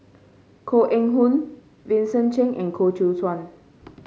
Koh Eng Hoon Vincent Cheng and Koh Seow Chuan